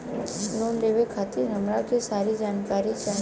Loan लेवे खातीर हमरा के सारी जानकारी चाही?